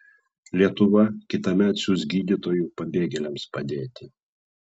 lietuva kitąmet siųs gydytojų pabėgėliams padėti